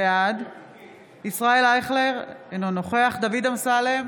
בעד ישראל אייכלר, אינו נוכח דוד אמסלם,